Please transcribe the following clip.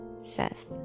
Seth